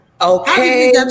Okay